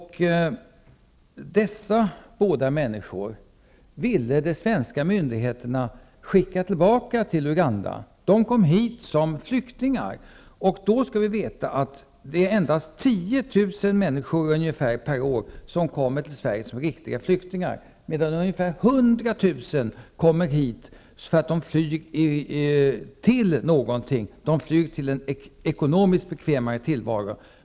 Dessa båda människor ville de svenska myndigheterna skicka tillbaka till Uganda. De kom hit som flyktingar. Man skall då veta att endast ca 10 000 människor per år kommer till Sverige som riktiga flyktingar medan ca 100 000 flyr till någonting. De flyr till en ekonomiskt bekvämare tillvaro.